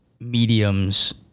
Mediums